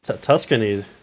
Tuscany